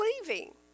leaving